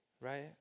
Right